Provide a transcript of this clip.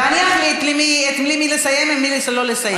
ואני אחליט מי יסיים ומי לא יסיים.